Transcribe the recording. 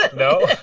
but no?